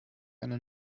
eine